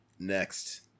next